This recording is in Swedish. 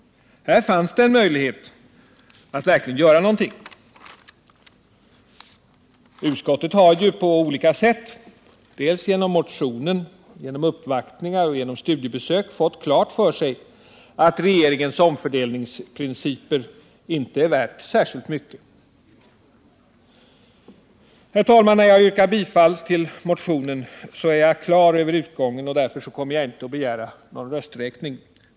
Här fanns det en möjlighet att verkligen göra någonting. Utskottet har ju på olika sätt — genom motionen, uppvaktningar och studiebesök — fått klart för sig att regeringens omfördelningsprinciper inte är värda särskilt mycket. Herr talman! När jag yrkar bifall till motionen är jag klar över utgången, och därför kommer jag inte att begära någon rösträkning.